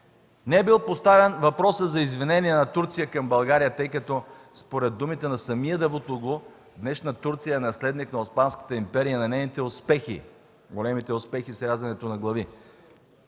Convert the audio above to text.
Не е бил поставен въпросът за извинение на Турция към България, тъй като според думите на самия Давутоглу наистина Турция е наследник на Османската империя и на нейните успехи – големите успехи с рязането на глави.